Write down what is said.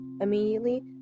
Immediately